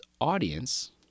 audience